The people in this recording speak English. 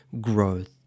growth